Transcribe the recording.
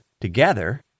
together